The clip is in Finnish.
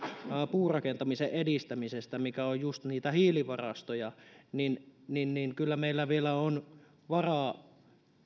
puurakentamisen edistämisestä mikä on just niitä hiilivarastoja niin niin kyllä meillä vielä on varaa